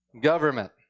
Government